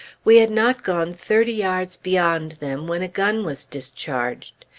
we had not gone thirty yards beyond them when a gun was discharged.